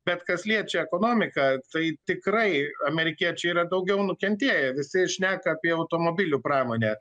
bet kas liečia ekonomiką tai tikrai amerikiečiai yra daugiau nukentėję visi šneka apie automobilių pramonę